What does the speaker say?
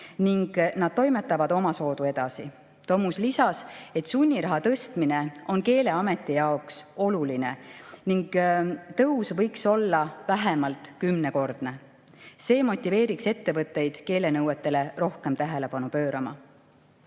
ning nad toimetavad omasoodu edasi. Tomusk lisas, et sunniraha tõstmine on Keeleameti jaoks oluline ning tõus võiks olla vähemalt kümnekordne. See motiveeriks ettevõtteid keelenõuetele rohkem tähelepanu pöörama.